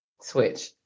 switch